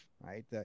right